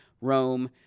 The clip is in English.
Rome